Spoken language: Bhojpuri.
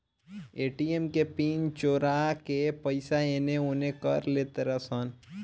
ए.टी.एम में पिन चोरा के पईसा एने ओने कर लेतारे सन